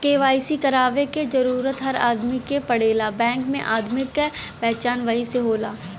KYC करवाये क जरूरत हर आदमी के पड़ेला बैंक में आदमी क पहचान वही से होला